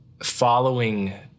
Following